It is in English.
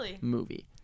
movie